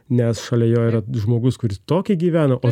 nes šalia jo yra žmogus kuris tokį gyveno o